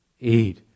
eat